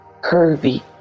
curvy